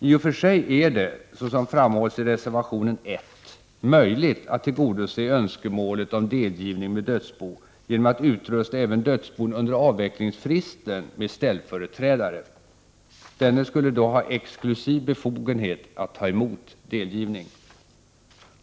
IT och för sig är det — såsom framhålls i reservation 1 — möjligt att tillgodose önskemålet om delgivning med dödsbo genom att utrusta även dödsbon under avvecklingsfristen med ställföreträdare. Denne skulle då ha exklusiv befogenhet att ta emot delgivning.